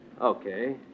Okay